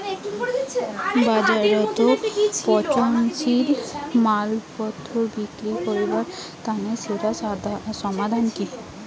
বাজারত পচনশীল মালপত্তর বিক্রি করিবার তানে সেরা সমাধান কি?